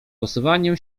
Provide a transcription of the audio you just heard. posuwaniem